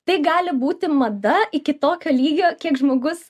tai gali būti mada iki tokio lygio kiek žmogus